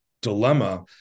dilemma